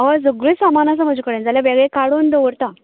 हय सगळीं सामान आसा म्हजे कडेन जाल्यार काडून दवरता